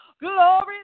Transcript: Glory